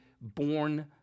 born